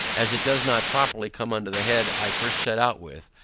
as it does not properly come under the head i first set out with,